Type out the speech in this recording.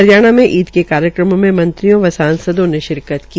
हरियाणा में ईद के कार्यक्रमों में मंत्रियों व सांसदों ने शिरकत की